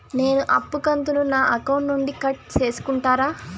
నేను అప్పు కంతును నా అకౌంట్ నుండి కట్ సేసుకుంటారా?